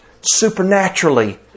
supernaturally